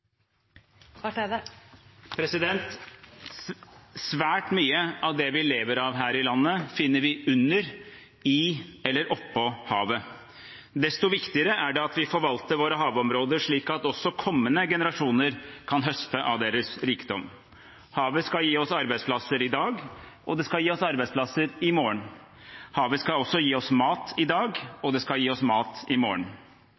Svært mye av det vi lever av her i landet, finner vi under, i eller oppå havet. Desto viktigere er det at vi forvalter våre havområder slik at også kommende generasjoner kan høste av deres rikdom. Havet skal gi oss arbeidsplasser i dag, og det skal gi oss arbeidsplasser i morgen. Havet skal også gi oss mat i dag,